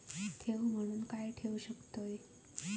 ठेव म्हणून काय ठेवू शकताव?